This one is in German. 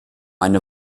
eine